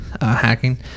hacking